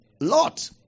Lot